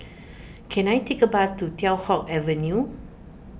can I take a bus to Teow Hock Avenue